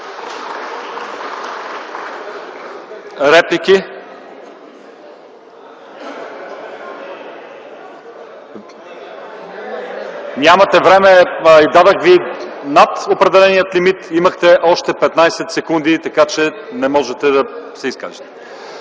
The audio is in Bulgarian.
нямате време, дадох Ви време над определения лимит, имахте още 15 секунди, така че не можете да се изкажете.